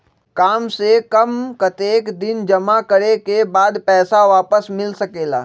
काम से कम कतेक दिन जमा करें के बाद पैसा वापस मिल सकेला?